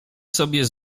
sobie